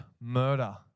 murder